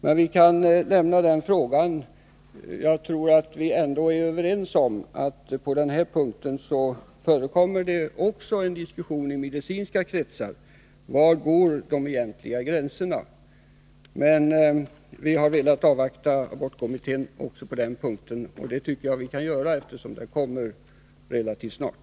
Men vi kan lämna den frågan. Jag tror att vi ändå är överens om att på den här punkten förekommer också en diskussion i medicinska kretsar om var de egentliga gränserna går. Men vi har velat avvakta abortkommittén också på den punkten, och det tycker jag vi kan göra, eftersom dess resultat kommer relativt snart.